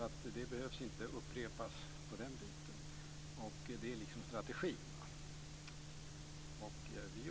Det behöver inte upprepas, och det är strategin.